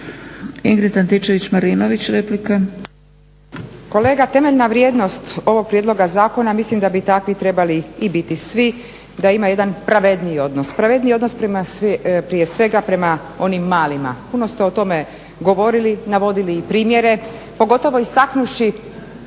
**Antičević Marinović, Ingrid (SDP)** Kolega temeljna vrijednost ovog prijedloga zakona mislim da bi takvi trebali i biti svi, da ima jedan pravedniji odnos, pravedniji odnos prije svega prema onim malima. Puno ste o tome govorili, navodili i primjere, pogotovo istaknuvši